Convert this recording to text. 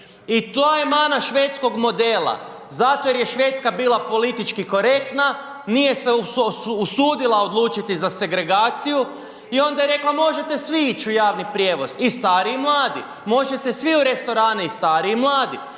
I to je mana švedskog modela, zato jer je Švedska bila politički korektna, nije se usudila odlučiti za segregaciju i onda je rekla možete svi ići u javni prijevoz i stari i mladi, možete svi u restorane i stari i mladi.